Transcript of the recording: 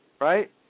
right